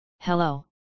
Hello